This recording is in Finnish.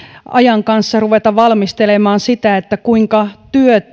ajan kanssa ruveta valmistelemaan sitä kuinka